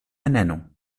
ernennung